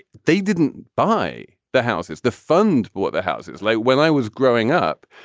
they didn't buy the house. it's the fund bought the house. it's like when i was growing up,